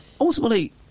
ultimately